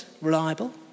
reliable